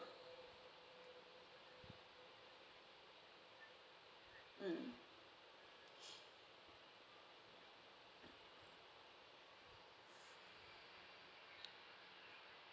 mm